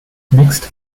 next